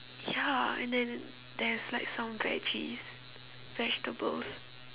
ya and then there's like some veggies vegetables